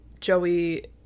Joey